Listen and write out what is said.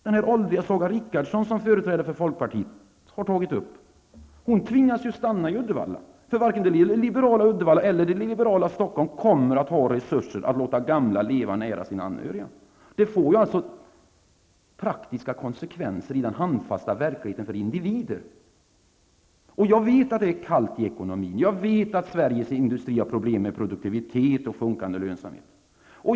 Den åldriga Saga Richardsson -- det är ett fall som företrädare för folkpartiet har tagit upp -- tvingas stanna i Uddevalla, för varken det liberala Uddevalla eller det liberala Stockholm kommer att ha resurser att låta gamla leva nära sina anhöriga. Detta får alltså praktiska konsekvenser i den handfasta verkligheten för individer. Jag vet att det är kallt i ekonomin. Jag vet att Sveriges industri har problem med produktivitet och sjunkande lönsamhet.